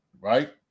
right